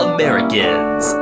Americans